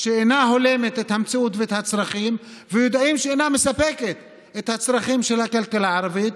את המציאות והצרכים ויודעים שאינה מספקת את הצרכים של הכלכלה הערבית.